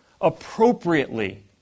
appropriately